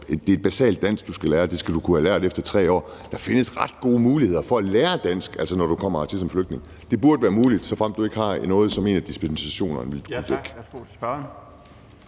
det er et basalt dansk, du skal lære, og at det skal du kunne have lært efter 3 år. Der findes ret gode muligheder for at lære dansk, altså når du kommer hertil som flygtning. Det burde være muligt, såfremt du ikke har noget, som en af dispensationerne ville kunne dække. Kl. 13:33 Den fg.